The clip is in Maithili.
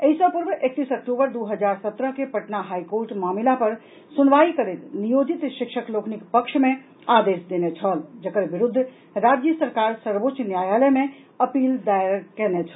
एहि सॅ पूर्व एकतीस अक्टूबर दू हजार सत्रह के पटना हाईकोर्ट मामिल पर सुनवाई करैत नियोजित शिक्षक लोकनिक पक्ष मे आदेश देने छल जकर विरूद्ध राज्य सरकार सर्वोच्च न्यायालय मे अपील दायर कयने छल